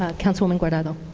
ah councilwoman guardado